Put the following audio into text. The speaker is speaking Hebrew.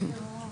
בוקר טוב.